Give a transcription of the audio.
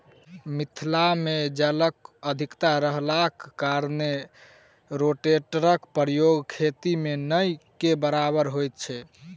मिथिला मे जलक अधिकता रहलाक कारणेँ रोटेटरक प्रयोग खेती मे नै के बराबर होइत छै